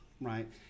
right